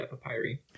papyri